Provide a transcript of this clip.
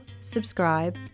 subscribe